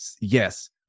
yes